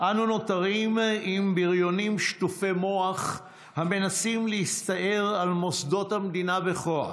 אנו נותרים עם בריונים שטופי מוח המנסים להסתער על מוסדות המדינה בכוח,